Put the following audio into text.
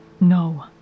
No